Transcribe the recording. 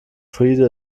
friede